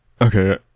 Okay